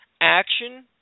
action